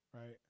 right